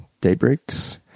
Daybreaks